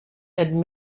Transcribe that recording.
and